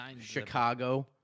Chicago –